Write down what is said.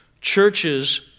churches